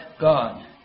God